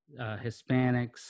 Hispanics